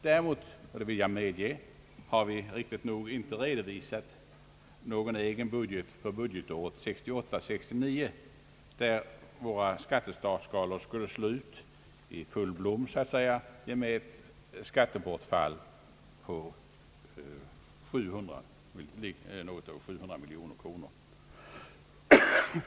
Däremot — det medger jag har vi helt riktigt inte redovisat någon egen budget för budgetåret 1968/69, där våra skatteskalor skulle slå ut i full blom så att säga med ett skattebortfall på något över 700 miljoner kronor.